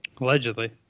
Allegedly